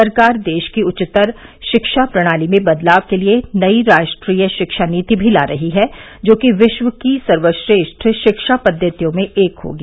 सरकार देश की उच्चतर शिक्षा प्रणाली में बदलाव के लिए नई राष्ट्रीय शिक्षा नीति भी ला रही है जोकि विश्व की सर्वश्रेष्ठ शिक्षा पद्वतियों में एक होगी